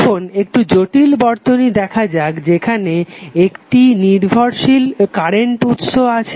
এখন একটু জটিল বর্তনী দেখা যাক যেখানে একটি নির্ভরশীল কারেন্ট উৎস আছে